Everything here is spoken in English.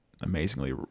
amazingly